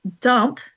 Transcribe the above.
dump